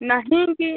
नहीं कि